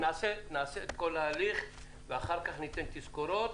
נעשה את כל ההליך ואחר כך ניתן תזכורות.